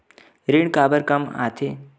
ऋण काबर कम आथे?